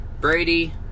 Brady